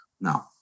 Now